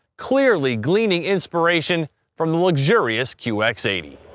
clearly gleaning inspiration from the luxurious q x eight